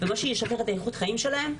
מה שישפר את איכות החיים שלהם,